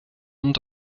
und